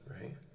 right